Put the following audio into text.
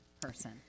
person